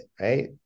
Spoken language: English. right